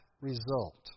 result